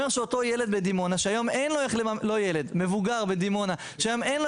אומר שאותו מבוגר בדימונה שהיום אין לו